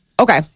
Okay